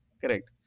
correct